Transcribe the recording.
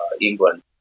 England